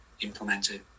implemented